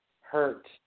hurt